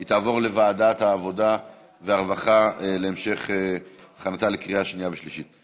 היא תעבור לוועדת העבודה והרווחה להמשך הכנתה לקריאה שנייה ושלישית.